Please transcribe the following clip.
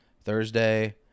Thursday